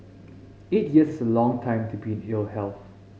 eight years is a long time to be in ill health